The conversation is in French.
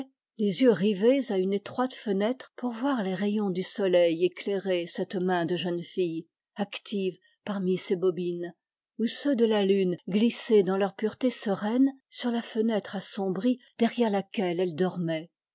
les yeux rivés à une étroite fenêtre pour voir les rayons du soleil éclairer cette main de jeune fille active parmi ses bobines ou ceux de la lune glisser dans leur pureté sereine sur la fenêtre assombrie derrière laquelle elle dormait